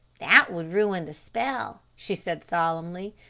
that would ruin the spell, she said solemnly.